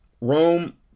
Rome